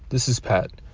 this is pat.